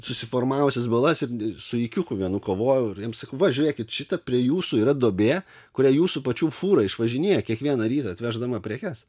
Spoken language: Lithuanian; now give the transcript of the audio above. susiformavusias balas ir su ikiuku vienu kovojau ir jiem sakau va žiūrėkit šita prie jūsų yra duobė kurią jūsų pačių fūra išvažinėja kiekvieną rytą atveždama prekes